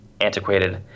antiquated